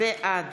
בעד